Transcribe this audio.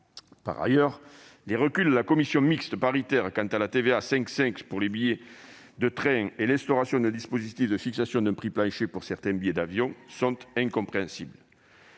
Par ailleurs, les reculs de la commission mixte paritaire quant à la TVA à 5,5 % pour les billets de train et l'instauration d'un dispositif de fixation d'un prix plancher pour certains billets d'avion sont incompréhensibles.